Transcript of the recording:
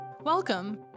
Welcome